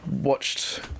watched